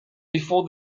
before